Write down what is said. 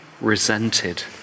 resented